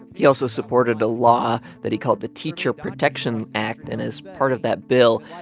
he also supported a law that he called the teacher protection act. and as part of that bill,